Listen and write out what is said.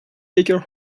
baker